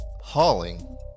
hauling